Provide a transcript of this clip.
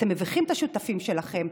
אתם מביכים את השותפים שלכם.